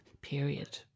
period